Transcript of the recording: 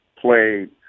played